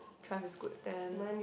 Triumph is good than